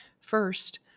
First